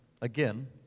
again